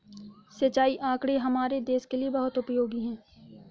सिंचाई आंकड़े हमारे देश के लिए बहुत उपयोगी है